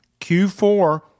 Q4